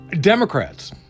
Democrats